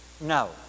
no